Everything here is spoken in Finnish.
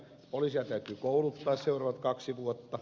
poliisia täytyy kouluttaa seuraavat kaksi vuotta